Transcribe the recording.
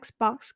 Xbox